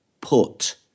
put